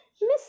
Miss